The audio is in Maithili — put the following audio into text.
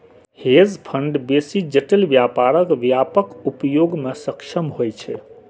हेज फंड बेसी जटिल व्यापारक व्यापक उपयोग मे सक्षम होइ छै